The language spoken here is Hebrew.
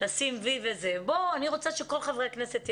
אני רוצה שכל חברי הכנסת,